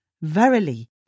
Verily